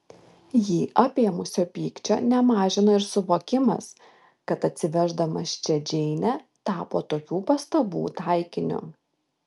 jį apėmusio pykčio nemažino ir suvokimas kad atsiveždamas čia džeinę tapo tokių pastabų taikiniu